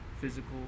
physical